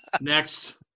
Next